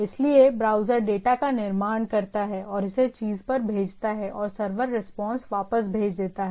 इसलिए browser data का निर्माण करता है और इसे चीज़ पर भेजता है और सर्वर रिस्पांस वापस भेज देता है